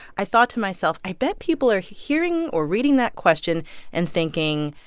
i thought to myself, i bet people are hearing or reading that question and thinking,